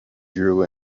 drew